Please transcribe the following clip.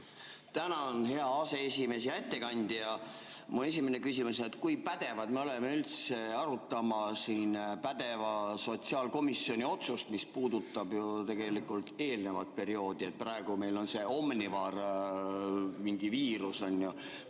Tänan, hea aseesimees! Hea ettekandja! Mu esimene küsimus on see, et kui pädevad me oleme üldse arutama siin pädeva sotsiaalkomisjoni otsust, mis puudutab ju tegelikult eelnevat perioodi. Praegu meil on see omnivar, mingi viirus, mis